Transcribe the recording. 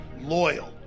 loyal